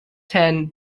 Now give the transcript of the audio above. ten